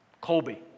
Colby